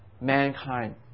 mankind